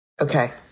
Okay